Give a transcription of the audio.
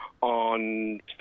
On